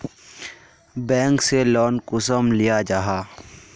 Bank से loan कुंसम लिया जाहा?